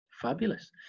Fabulous